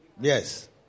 Yes